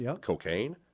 cocaine